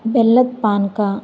ಬೆಲ್ಲದ ಪಾನಕ